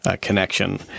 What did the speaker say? connection